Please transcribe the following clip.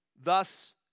Thus